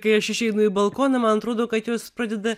kai aš išeinu į balkoną man atrodo kad jos pradeda